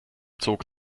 zog